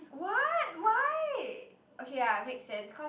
what why okay lah make sense cause